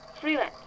freelance